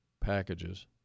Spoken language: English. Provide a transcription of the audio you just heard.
packages